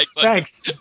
Thanks